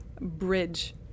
bridge